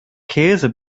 käse